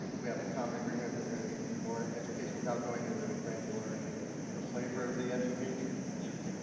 we have a common agreement that there and needs to be more education without going into the granularity of the flavor of the education? yes.